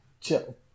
chill